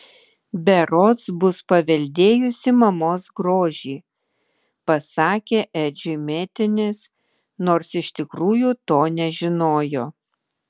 berods bus paveldėjusi mamos grožį pasakė edžiui mėtinis nors iš tikrųjų to nežinojo